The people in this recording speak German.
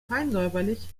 feinsäuberlich